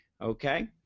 Okay